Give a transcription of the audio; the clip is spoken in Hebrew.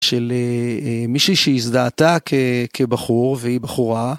של מישהי שהזדהתה כבחור והיא בחורה